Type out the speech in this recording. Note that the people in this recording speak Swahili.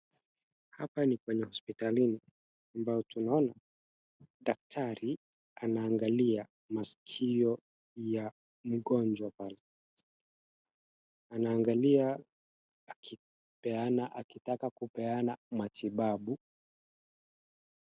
Hapa ni kwenye hospitalini ambayo tunaona daktari anaangali maskio ya mgonjwa pale. Anaangalia akitaka kupeana matibabu.